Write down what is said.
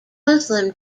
muslim